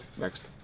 Next